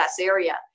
area